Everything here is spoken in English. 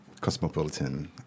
cosmopolitan